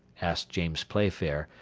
asked james playfair,